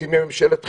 מקימים ממשלת חירום,